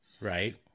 right